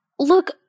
Look